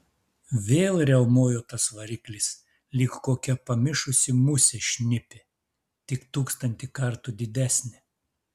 vėl riaumojo tas variklis lyg kokia pamišusi musė šnipė tik tūkstantį kartų didesnė